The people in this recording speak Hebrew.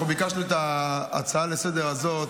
אנחנו ביקשנו את ההצעה לסדר-היום הזאת